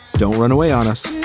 don't run away on us.